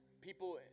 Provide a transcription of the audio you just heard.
people